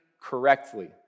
correctly